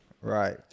Right